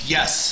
Yes